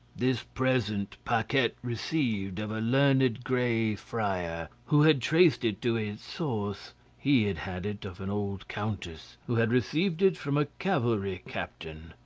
this present paquette received of a learned grey friar, who had traced it to its source he had had it of an old countess, who had received it from a cavalry captain,